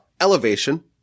Elevation